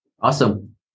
awesome